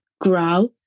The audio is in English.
grow